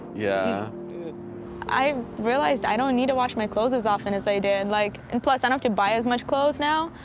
yeah vita i realized, i don't need to wash my clothes as often as i did. like, and plus, i don't have to buy as much clothes now,